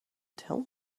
tell